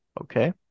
Okay